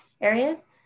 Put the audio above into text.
areas